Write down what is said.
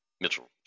Mitchell